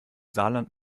saarland